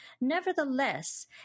Nevertheless